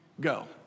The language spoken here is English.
Go